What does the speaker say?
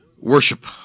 worship